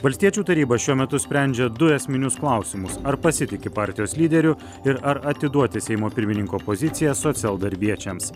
valstiečių taryba šiuo metu sprendžia du esminius klausimus ar pasitiki partijos lyderiu ir ar atiduoti seimo pirmininko poziciją socialdarbiečiams